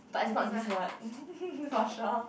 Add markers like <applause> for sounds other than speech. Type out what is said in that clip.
but is not this word <laughs> for sure